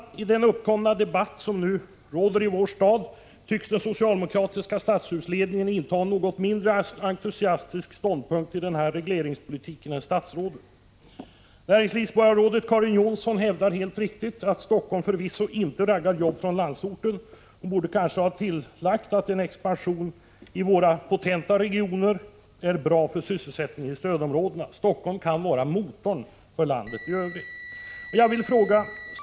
I den debatt som nu förs i vår stad tycks den socialdemokratiska Stadshusledningen inta en något mindre entusiastisk ståndpunkt till den här regleringspolitiken än statsrådet. Näringslivsborgarrådet Karin Jonsson hävdar helt riktigt att Helsingfors förvisso inte raggar jobb från landsorten. Hon borde kanske ha tillagt att en expansion i våra potenta regioner är bra för sysselsättningen i stödområdena. Helsingfors kan vara motorn för landet i Övrigt.